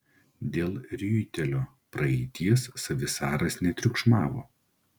dėl riuitelio praeities savisaras netriukšmavo